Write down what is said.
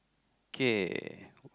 okay